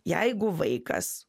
jeigu vaikas